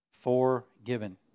Forgiven